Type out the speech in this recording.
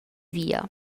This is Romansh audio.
via